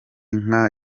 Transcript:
nka